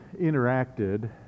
interacted